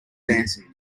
dancing